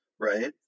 right